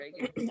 right